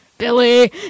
billy